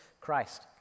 Christ